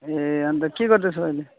ए अन्त के गर्दैछौ अहिले